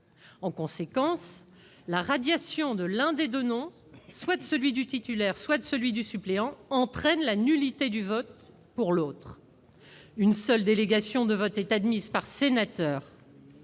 En conséquence, la radiation de l'un des deux noms, soit celui du titulaire, soit celui du suppléant, entraîne la nullité du vote pour l'autre. Une seule délégation de vote est admise par sénateur.